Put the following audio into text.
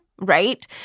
right